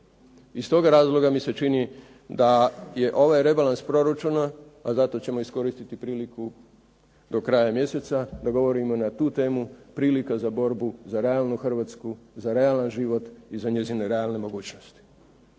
Iz toga razloga mi se čini da je ovaj rebalans proračuna, a zato ćemo iskoristiti priliku do kraja mjeseca, da govorimo na tu temu, prilika za borbu za realnu Hrvatsku, za realan život i za njezine realne mogućnosti.